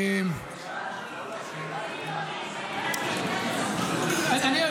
אני,